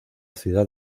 ciudad